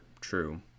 true